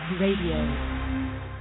Radio